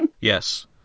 Yes